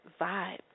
vibe